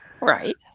Right